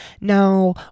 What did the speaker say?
Now